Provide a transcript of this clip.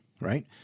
right